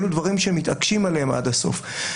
אלו דברים שמתעקשים עליהם עד הסוף.